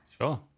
Sure